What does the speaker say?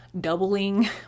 doubling